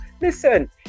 Listen